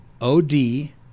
O-D